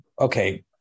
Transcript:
Okay